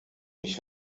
mich